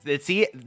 See